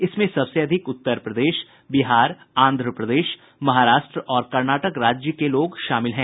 इसमें सबसे अधिक उत्तर प्रदेश बिहार आंध्र प्रदेश महाराष्ट्र और कर्नाटक राज्य के लोग शामिल हैं